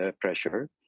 pressure